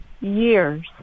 years